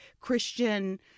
christian